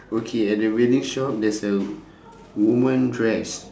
okay at the wedding shop there's a woman dress